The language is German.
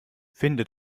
finde